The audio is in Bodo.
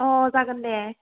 अ जागोन दे